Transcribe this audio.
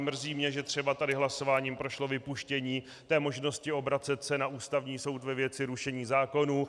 Mrzí mě, že třeba tady hlasováním prošlo vypuštění té možnosti obracet se na Ústavní soud ve věci rušení zákonů.